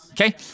Okay